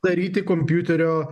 daryti kompiuterio